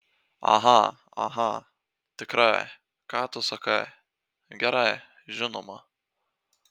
aha aha tikrai ką tu sakai gerai žinoma